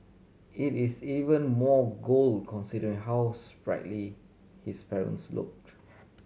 it is even more gold considering how sprightly his parents look